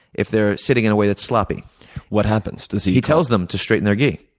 if they're sitting in a way that's sloppy what happens? does he? he tells them to straighten their gi.